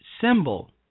symbol